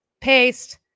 paste